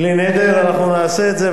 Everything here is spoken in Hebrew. בלי נדר אנחנו נעשה את זה.